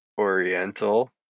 oriental